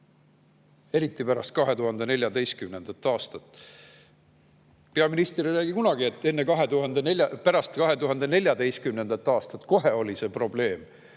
Eriti pärast 2014. aastat. Peaminister ei räägi kunagi, et kohe pärast 2014. aastat oli see probleem